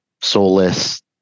soulless